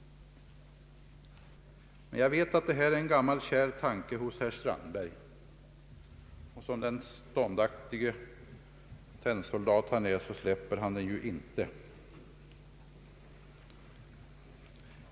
Hel och full enighet råder emellertid inte. Det finns reservanter, ehuru inte i denna kammare, som har en annan uppfattning.